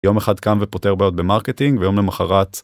יום אחד קם ופותר בעיות במרקטינג ויום למחרת.